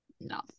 No